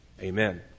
Amen